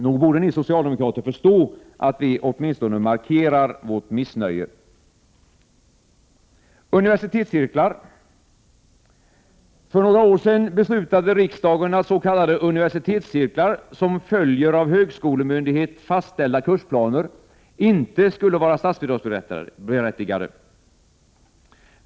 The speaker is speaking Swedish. Nog borde ni socialdemokrater förstå att vi åtminstone vill markera vårt missnöje. För några år sedan beslutade riksdagen att s.k. universitetscirklar, som följer av högskolemyndighet fastställda kursplaner, inte skulle vara statsbidragsberättigade.